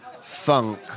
funk